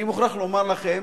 אני מוכרח לומר לכם